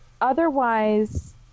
otherwise